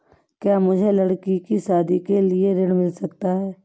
क्या मुझे लडकी की शादी के लिए ऋण मिल सकता है?